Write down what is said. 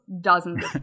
dozens